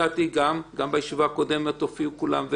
נתתי גם בישיבה הקודמת כשהופיעו כולם.